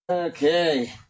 Okay